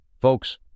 Folks